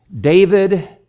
David